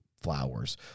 flowers